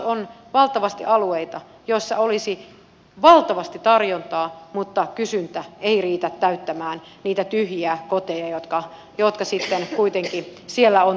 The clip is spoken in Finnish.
on valtavasti alueita joilla olisi valtavasti tarjontaa mutta kysyntä ei riitä täyttämään niitä tyhjiä koteja jotka sitten kuitenkin siellä ovat tarjolla